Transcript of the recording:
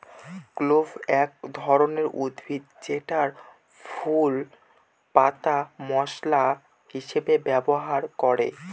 clove এক ধরনের উদ্ভিদ যেটার ফুল, পাতা মশলা হিসেবে ব্যবহার করে